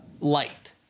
light